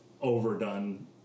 overdone